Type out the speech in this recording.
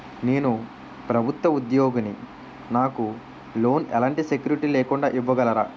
నేను ప్రభుత్వ ఉద్యోగిని, నాకు లోన్ ఎలాంటి సెక్యూరిటీ లేకుండా ఇవ్వగలరా?